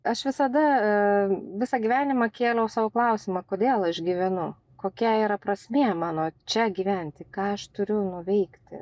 aš visada visą gyvenimą kėliau sau klausimą kodėl aš gyvenu kokia yra prasmė mano čia gyventi ką aš turiu nuveikti